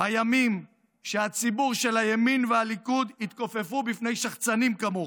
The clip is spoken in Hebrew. הימים שהציבור של הימין והליכוד התכופפו בפני שחצנים כמוך.